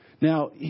Now